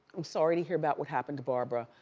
i'm sorry to hear about what happened to barbara.